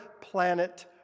planet